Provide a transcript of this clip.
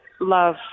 love